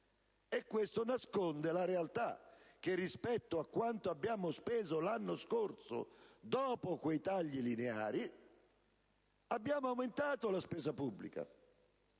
Ciò nasconde la realtà, ossia che, rispetto a quanto abbiamo speso l'anno scorso dopo quei tagli lineari, abbiamo aumentato la spesa pubblica,